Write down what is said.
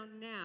now